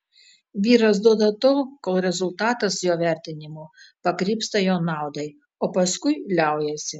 vyras duoda tol kol rezultatas jo vertinimu pakrypsta jo naudai o paskui liaujasi